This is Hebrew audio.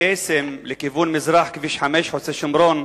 קסם לכיוון מזרח, כביש 5, חוצה-שומרון,